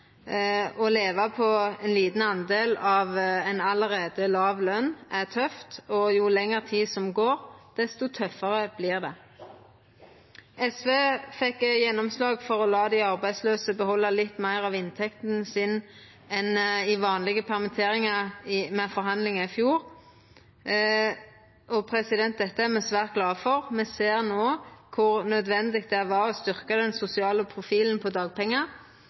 Å leva på ein liten del av ei allereie låg løn er tøft, og jo lengre tid som går, desto tøffare vert det. SV fekk gjennomslag for å la dei arbeidslause behalda litt meir av inntekta si enn i vanlege permitteringar ved forhandlinga i fjor. Det er me svært glade for. Me ser no kor nødvendig det var å styrkja den sosiale profilen på dagpengar.